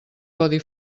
codi